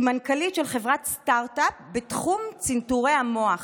היא מנכ"לית של חברת סטרטאפ בתחום צנתורי המוח.